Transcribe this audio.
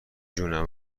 جونم